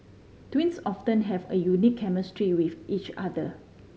twins often have a unique chemistry with each other